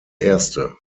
erste